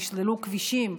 נסללו כבישים,